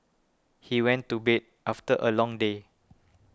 he went to bed after a long day